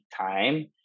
time